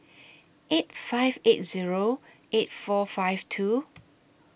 eight five eight Zero eight four five two